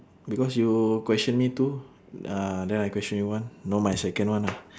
because you question me two ah then I question you one now my second one ah